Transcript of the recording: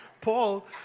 Paul